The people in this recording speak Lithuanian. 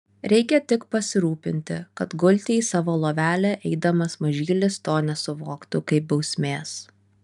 reikia tik pasirūpinti kad gulti į savo lovelę eidamas mažylis to nesuvoktų kaip bausmės